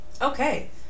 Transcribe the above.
okay